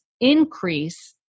increase